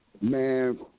Man